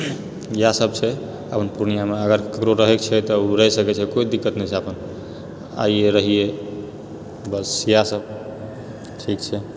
इएह सब छै पूर्णियामे अगर ककरो रहैके छै तऽ रहि सकैत छै कोइ दिक्कत नहि छै अपन आइए रहिए बस इएह सब ठीक छै